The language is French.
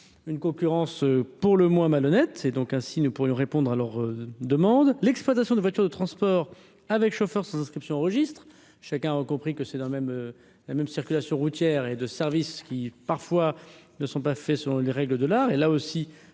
une concurrence pour le moins malhonnête et donc ainsi nous pourrions répondre à leur demande, l'exploitation de voitures de transport avec chauffeur, son inscription au registre. Chacun ont compris que c'est dans le même, la même circulation routière et de services qui parfois ne sont pas faits sont les règles de l'art,